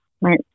went